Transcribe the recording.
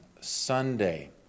Sunday